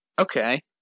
Okay